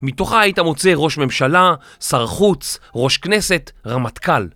מתוכה היית מוצא ראש ממשלה, שר חוץ, ראש כנסת, רמטכ"ל